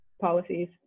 policies